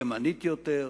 ימנית יותר,